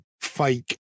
fake